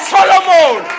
Solomon